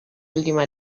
última